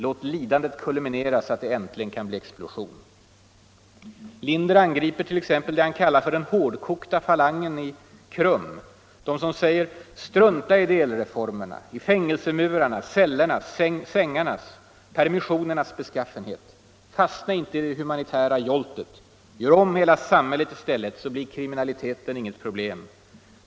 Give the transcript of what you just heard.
Låt lidandet kulminera så att det äntligen kan bli explosion.” Linder angriper t.ex. det han kallar för ”den hårdkokta falangen” i Riksförbundet för kriminalvårdens humanisering . De säger: ”Strunta i delreformerna, i fängelsemurarnas, cellernas, sängarnas och permissionernas beskaffenhet, fastna inte i det humanitära joltet. Gör om hela samhället i stället så blir kriminaliteten inget problem!